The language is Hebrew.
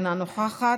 אינה נוכחת,